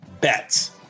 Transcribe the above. Bets